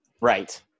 right